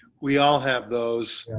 we all have those